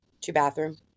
two-bathroom